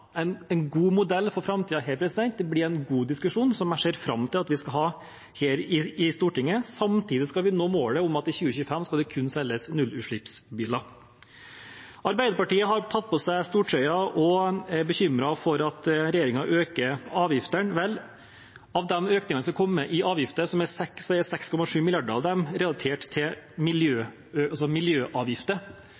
en god modell for framtiden her blir en god diskusjon som jeg ser fram til at vi skal ha her i Stortinget. Samtidig skal vi nå målet om at det i 2025 kun skal selges nullutslippsbiler. Arbeiderpartiet har tatt på seg stortrøya og er bekymret for at regjeringen øker avgiftene. Vel, av de økningene i avgifter som har kommet, gjelder 6,7 mrd. kr av dem